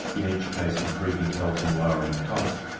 in each case improving health and lowering costs.